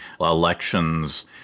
elections